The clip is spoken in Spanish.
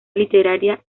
literaria